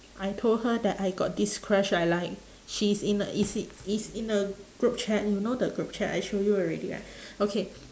I told her that I got this crush I like she's in a is i~ is in a group chat you know the group chat I show you already right okay